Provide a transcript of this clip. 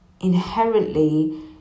inherently